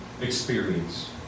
experience